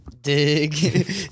dig